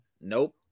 Nope